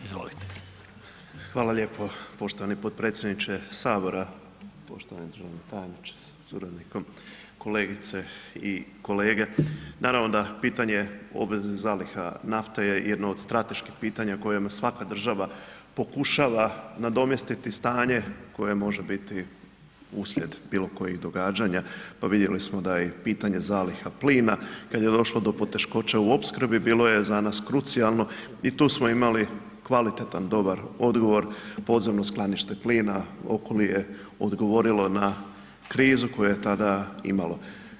Hvala lijepo poštovani potpredsjedniče HS, poštovani državni tajniče sa suradnikom, kolegice i kolege, naravno da pitanje obveznih zaliha nafte je jedno od strateških pitanja kojima svaka država pokušava nadomjestiti stanje koje može biti uslijed bilo kojih događanja, pa vidjeli smo da je i pitanje zaliha plina kad je došlo do poteškoća u opskrbi bilo je za nas krucijalno i tu smo imali kvalitetan dobar odgovor, podzemno skladište plina … [[Govornik se ne razumije]] je odgovorilo na krizu koju je tada imalo.